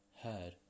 heard